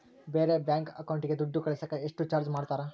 ಬೇರೆ ಬ್ಯಾಂಕ್ ಅಕೌಂಟಿಗೆ ದುಡ್ಡು ಕಳಸಾಕ ಎಷ್ಟು ಚಾರ್ಜ್ ಮಾಡತಾರ?